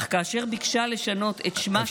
אך כאשר ביקשה לשנות את שמה של גוני,